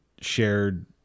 shared